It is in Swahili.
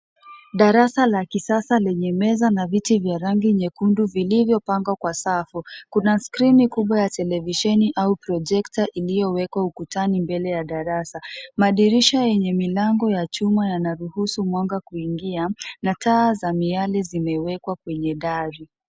Darasa la kisasa lenye meza na viti vya rangi nyekundu vilivyopangwa kwa safu. Kuna skrini kubwa ya televisheni au projekta iliyowekwa ukutani mbele ya darasa. Madirisha yenye milango ya chuma yanaruhusu mwanga kuingia na taa za miale zimewekwa kwenye dari.